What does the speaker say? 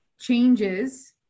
changes